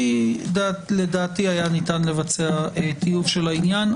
לדעתי היה ניתן לבצע טיוב של העניין.